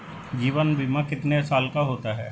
जीवन बीमा कितने साल का होता है?